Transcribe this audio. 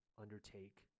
undertake